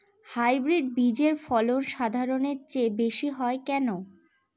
Hybrid বীজের ফলন সাধারণের চেয়ে বেশী হয় কেনো?